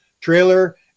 trailer